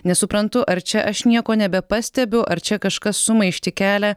nesuprantu ar čia aš nieko nebepastebiu ar čia kažkas sumaištį kelia